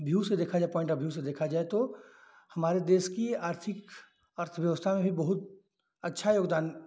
view से देखा जाएँ पोईंट ऑफ व्यू से देखा जाएँ तो हमारे देश की आर्थिक अर्थव्यवस्था में बहुत अच्छा योगदान